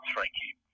Frankie